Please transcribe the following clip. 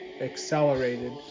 accelerated